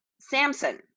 Samson